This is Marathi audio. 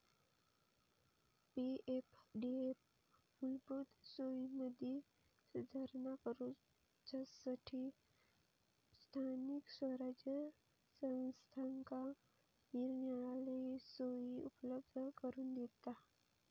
पी.एफडीएफ मूलभूत सोयींमदी सुधारणा करूच्यासठी स्थानिक स्वराज्य संस्थांका निरनिराळे सोयी उपलब्ध करून दिता